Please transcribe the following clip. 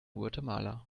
guatemala